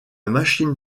machine